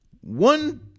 One